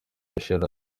michael